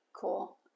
cool